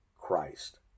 Christ